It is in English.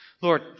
Lord